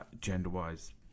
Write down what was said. gender-wise